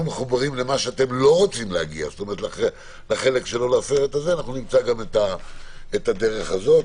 מחוברים למה שאתם לא רוצים להגיע אליו נמצא גם את הדרך הזו,